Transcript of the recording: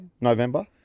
November